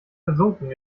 versunken